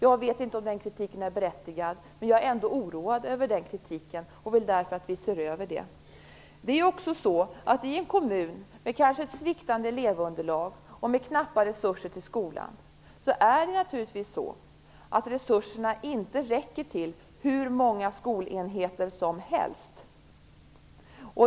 Jag vet inte om den kritiken är berättigad, men jag är ändå oroad över kritiken och vill därför att vi ser över det. I en kommun med ett sviktande elevunderlag och med knappa resurser till skolan räcker resurserna naturligtvis inte till hur många skolenheter som helst.